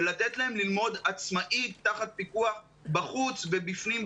ולתת להם ללמוד עצמאית תחת פיקוח בחוץ ובפנים,